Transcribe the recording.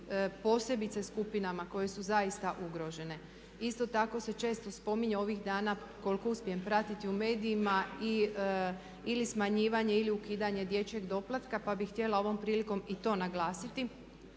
posebice skupinama koje su zaista ugrožene. Isto tako se često spominje ovih dana koliko uspijem pratiti u medijima ili smanjivanje ili ukidanje dječjeg doplatka pa bih htjela ovom prilikom i to naglasiti